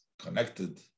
connected